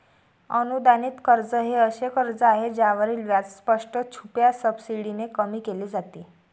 अनुदानित कर्ज हे असे कर्ज आहे ज्यावरील व्याज स्पष्ट, छुप्या सबसिडीने कमी केले जाते